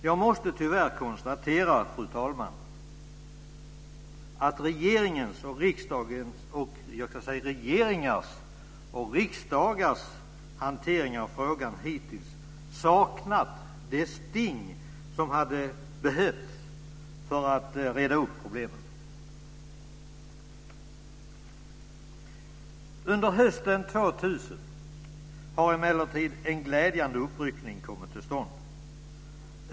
Jag måste tyvärr konstatera, fru talman, att regeringars och riksdagars hantering av frågan hittills saknat det sting som hade behövts för att reda upp problemen. Under hösten 2000 har emellertid en glädjande uppryckning kommit till stånd.